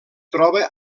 troba